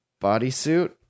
Bodysuit